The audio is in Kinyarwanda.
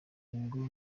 ngo